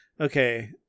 okay